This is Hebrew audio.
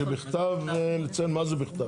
רק נציין שבכתב, לציין מה זה בכתב.